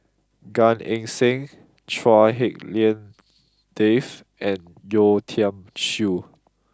Gan Eng Seng Chua Hak Lien Dave and Yeo Tiam Siew